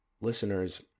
Listeners